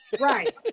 right